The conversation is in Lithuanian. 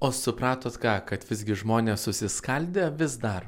o supratot ką kad visgi žmonės susiskaldę vis dar